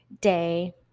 day